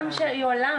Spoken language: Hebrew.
משל עצמו,